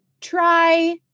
try